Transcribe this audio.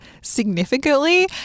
significantly